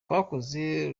twakoze